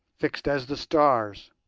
fixed as the stars,